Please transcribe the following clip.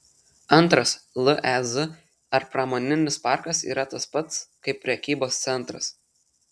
antras lez ar pramoninis parkas yra tas pats kaip prekybos centras